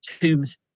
tombs